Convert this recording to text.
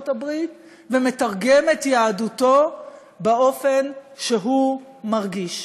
הברית ומתרגם את יהדותו באופן שהוא מרגיש.